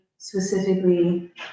specifically